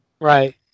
Right